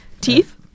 Teeth